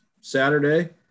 Saturday